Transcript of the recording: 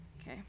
okay